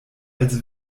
als